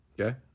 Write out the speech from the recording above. Okay